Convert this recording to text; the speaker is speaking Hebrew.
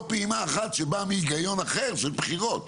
פעימה אחת שבאה מהיגיון אחר של בחירות.